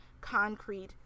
concrete